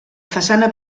façana